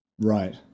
Right